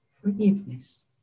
forgiveness